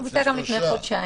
הוא ביצע גם לפני חודשיים,